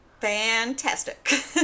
Fantastic